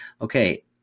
okay